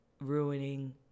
ruining